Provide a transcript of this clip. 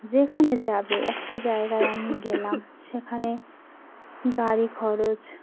যেখানে যাবে একটা জায়গায় আমি গেলাম সেখানে গাড়ি খরচ